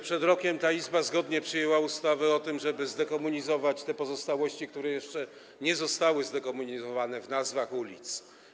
Przed rokiem ta Izba zgodnie przyjęła ustawę o tym, żeby zdekomunizować te pozostałości, które jeszcze nie zostały zdekomunizowane, w nazwach ulic.